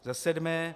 Za sedmé.